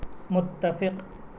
متفق